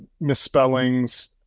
misspellings